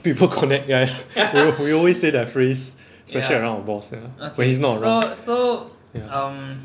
people connect guy ya ya we al~ we always say that phrase especially around boss ya when he's not around ya